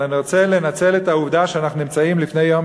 אני רוצה לנצל את העובדה שאנחנו נמצאים לפני יום